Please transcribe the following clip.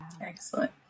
Excellent